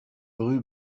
rue